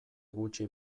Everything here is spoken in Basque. gutxi